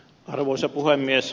arvoisa puhemies